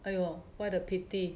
!aiyo! what a pity